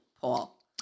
Paul